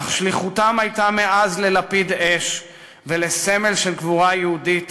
אך שליחותם הייתה מאז ללפיד אש ולסמל של גבורה יהודית,